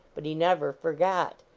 but he never forgot.